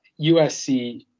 USC